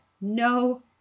no